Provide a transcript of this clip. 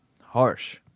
Harsh